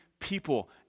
people